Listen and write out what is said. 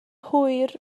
hwyr